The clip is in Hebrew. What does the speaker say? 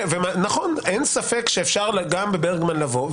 אין ספק שאפשר גם בברגמן לבוא.